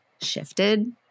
shifted